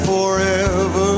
Forever